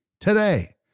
today